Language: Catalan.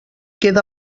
queda